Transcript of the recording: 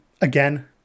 again